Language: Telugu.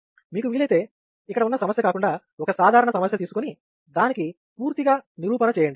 మీకు వీలైతే ఇక్కడ ఉన్న సమస్య కాకుండా ఒక సాధారణ సమస్య తీసుకుని దానికి పూర్తిగా నిరూపణ చేయండి